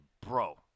bro